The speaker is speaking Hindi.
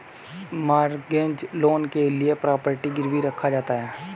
मॉर्गेज लोन के लिए प्रॉपर्टी गिरवी रखा जाता है